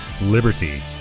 liberty